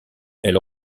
elle